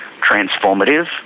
transformative